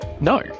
No